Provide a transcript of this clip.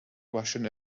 russian